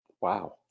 Wow